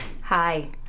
Hi